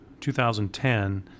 2010